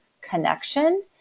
connection